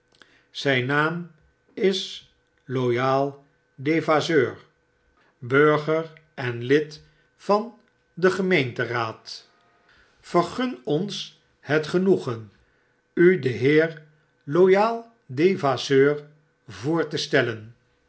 zyn naam is loyal devasseur burger en lid overdrukken van den gemeenteraacl vergun ons het genoegen u den heer loyal devasseur voor te stellen